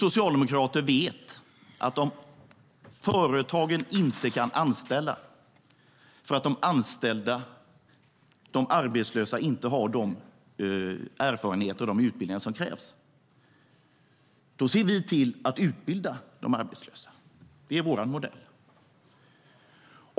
Om företagen inte kan anställa för att de arbetslösa inte har de erfarenheter och de utbildningar som krävs ser vi socialdemokrater till att utbilda de arbetslösa. Det är vår modell.